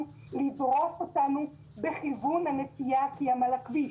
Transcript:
ולדרוס אותנו בכיוון הנסיעה כי הם על הכביש.